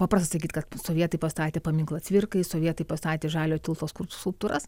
paprasta sakyti kad sovietai pastatė paminklą cvirkai sovietai pastatė žalio tilto skulptūras